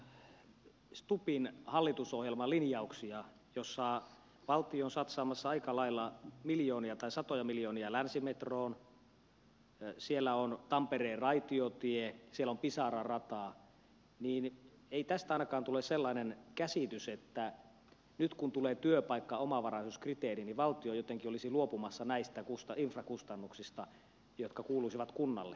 kun katsoo stubbin hallitusohjelmalinjauksia joissa valtio on satsaamassa aika lailla miljoonia tai satoja miljoonia länsimetroon siellä on tampereen raitiotie siellä on pisara rata niin ei tästä ainakaan tule sellainen käsitys että nyt kun tulee työpaikkaomavaraisuuskriteeri niin valtio jotenkin olisi luopumassa näistä infrakustannuksista jotka kuuluisivat kunnalle